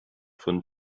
von